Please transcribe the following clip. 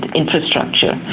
infrastructure